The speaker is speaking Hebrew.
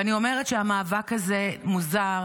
ואני אומרת שהמאבק הזה מוזר,